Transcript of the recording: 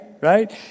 Right